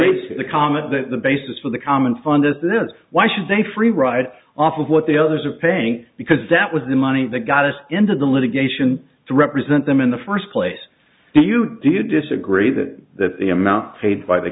irritates the comment that the basis for the common fund is that is why should a free ride off of what the others are paying because that was the money that got us into the litigation to represent them in the first place do you do you disagree that that the amount paid by the